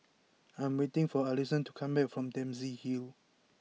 I am waiting for Alison to come back from Dempsey Hill